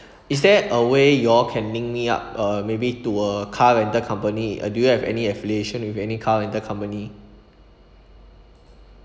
is there a way you all can link me up uh maybe to a car rental company uh do you have any affiliation with any car rental company